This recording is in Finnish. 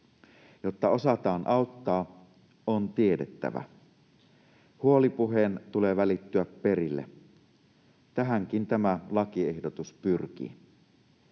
Jotta osataan auttaa, on tiedettävä. Huolipuheen tulee välittyä perille. Tähänkin tämä lakiehdotus pyrkii.